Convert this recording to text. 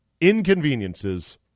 inconveniences